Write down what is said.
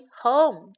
home